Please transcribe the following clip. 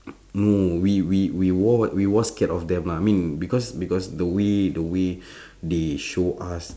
no we we we were we were scared of them ah because because the way the way they show us